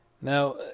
Now